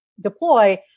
deploy